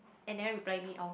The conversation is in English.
and never reply me i'll